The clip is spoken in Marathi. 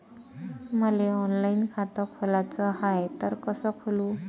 मले ऑनलाईन खातं खोलाचं हाय तर कस खोलू?